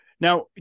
Now